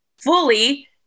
fully